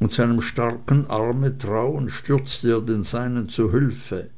und seinem starken arme trauend stürzte er den seinen zu hilfe